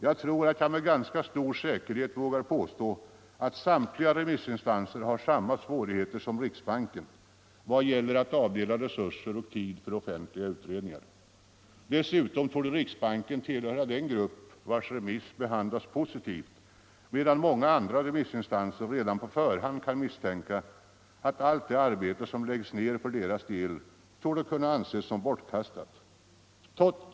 Jag tror att jag med ganska stor säkerhet vågar påstå, att samtliga remissinstanser har samma svårigheter som riksbanken vad gäller att avdela resurser och tid för offentliga utredningar. Dessutom torde riksbanken tillhöra den grupp, vars remiss behandlas positivt, medan många andra remissinstanser redan på förhand kan misstänka att allt det arbete som nedläggs för deras del torde kunna anses som bortkastat.